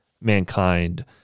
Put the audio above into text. mankind